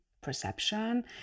perception